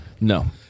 No